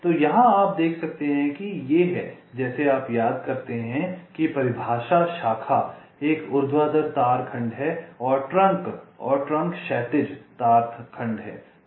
तो यहाँ आप देख सकते हैं कि ये हैं जैसे आप याद करते हैं कि परिभाषा शाखा एक ऊर्ध्वाधर तार खंड है और ट्रंक और ट्रैक क्षैतिज तार खंड हैं